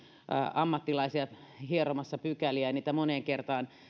ammattilaisia hieromassa pykäliä ja niitä moneen kertaan